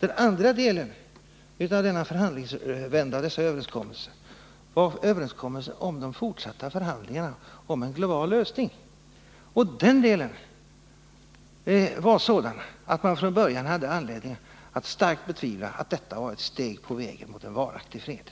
Den andra delen av dessa överenskommelser — den om de fortsatta förhandlingarna om en global lösning — var sådan att man från början hade anledning att starkt betvivla att detta var ett steg på vägen mot en varaktig fred.